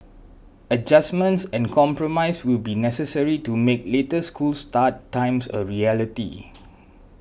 adjustments and compromise will be necessary to make later school start times a reality